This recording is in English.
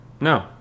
No